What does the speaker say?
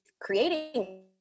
creating